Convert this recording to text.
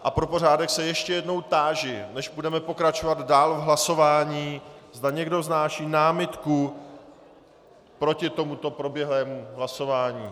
A pro pořádek se ještě jednou táži, než budeme pokračovat dál v hlasování, zda někdo vznáší námitku proti tomuto proběhlému hlasování.